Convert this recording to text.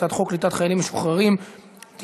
הצעת חוק קליטת חיילים משוחררים (תיקון,